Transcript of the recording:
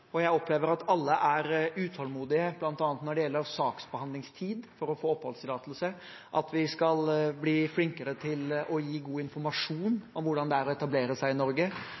og jeg opplever at alle er utålmodige, bl.a. når det gjelder saksbehandlingstid for å få oppholdstillatelse. De ønsker at vi skal bli flinkere til å gi god informasjon om hvordan det er å etablere seg i Norge,